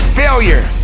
failure